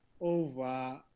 over